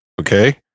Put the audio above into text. Okay